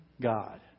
God